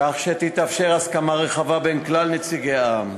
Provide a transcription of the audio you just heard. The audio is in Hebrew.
כך שתתאפשר הסכמה רחבה בין כלל נציגי העם,